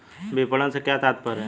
विपणन से क्या तात्पर्य है?